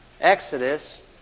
Exodus